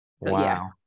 Wow